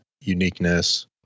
uniqueness